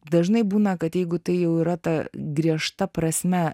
dažnai būna kad jeigu tai jau yra ta griežta prasme